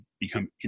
become